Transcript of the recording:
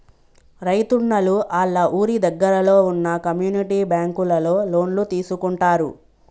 రైతున్నలు ఆళ్ళ ఊరి దగ్గరలో వున్న కమ్యూనిటీ బ్యాంకులలో లోన్లు తీసుకుంటారు